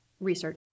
research